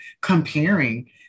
comparing